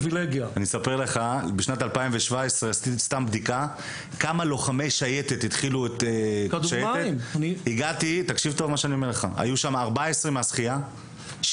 בשנת 2016 עשיתי בדיקה כמה לוחמי שייטת התחילו --- הגיעו 14 מהשחייה,